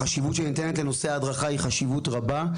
החשיבות שניתנת לנושא ההדרכה היא חשיבות רבה.